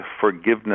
forgiveness